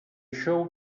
això